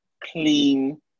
clean